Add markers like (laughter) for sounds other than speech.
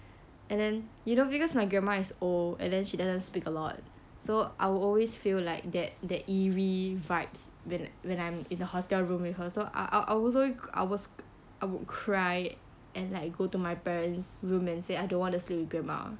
(breath) and then you know because my grandma is old and then she doesn't speak a lot so I will always feel like that that eerie vibes when when i'm in the hotel room with her so i'll i'll I I would cry and like go to my parents' room and say I don't want to sleep with grandma